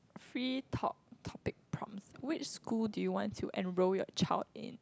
free talk topic prompts which school do you want to enroll your child in